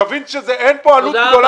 תבין שאין כאן עלות גדולה.